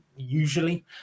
Usually